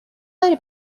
داری